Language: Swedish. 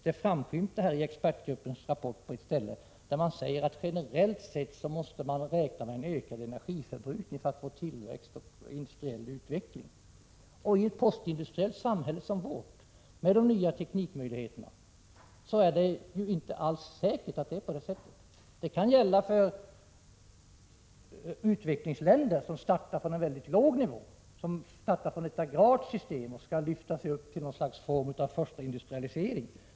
Det framskymtar i expertgruppens rapport på ett ställe, där det sägs att man generellt sett måste räkna med en ökad energiförbrukning för att kunna åstadkomma tillväxt och industriell utveckling. I ett postindustriellt samhälle som vårt, med de nya tekniska möjligheterna är det ju inte alls säkert att det ligger till så. Det kan gälla för utvecklingsländer som startar från en låg nivå, från ett agrart system, och som skall lyftas upp till något slags form av första industrialisering.